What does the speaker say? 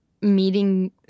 meeting